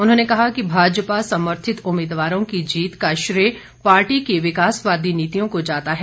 उन्होंने कहा कि भाजपा समर्थित उम्मीदवारों की जीत का श्रेय पार्टी की विकासवादी नीतियों को जाता है